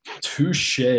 Touche